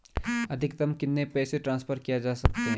अधिकतम कितने पैसे ट्रांसफर किये जा सकते हैं?